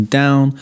down